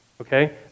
Okay